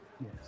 Yes